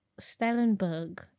Stellenberg